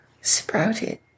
sprouted